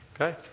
Okay